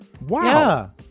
Wow